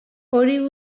hori